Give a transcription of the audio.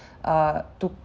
uh to